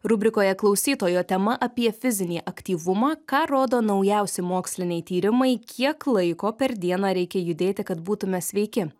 rubrikoje klausytojo tema apie fizinį aktyvumą ką rodo naujausi moksliniai tyrimai kiek laiko per dieną reikia judėti kad būtume sveiki